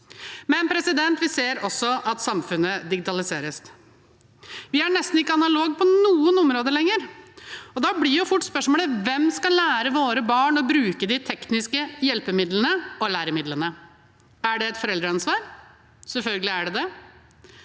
enn på pc. Vi ser også at samfunnet digitaliseres. Vi er ikke analoge på nesten noen områder lenger. Da blir fort spørsmålet: Hvem skal lære våre barn å bruke de tekniske hjelpemidlene og læremidlene? Er det et foreldreansvar? Selvfølgelig er det.